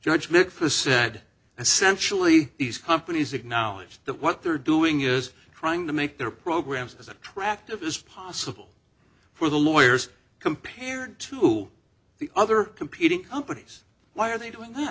mikva said essentially these companies acknowledge that what they're doing is trying to make their programs as attractive as possible for the lawyers compared to the other competing companies why are they doing that